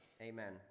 Amen